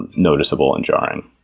noticeable and jarring.